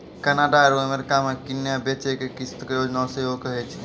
Canada आरु America मे किनै बेचै के किस्त योजना सेहो कहै छै